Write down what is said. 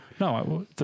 No